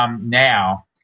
now